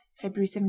February